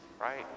right